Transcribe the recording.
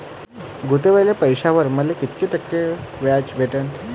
गुतवलेल्या पैशावर मले कितीक टक्के व्याज भेटन?